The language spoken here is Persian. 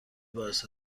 باعث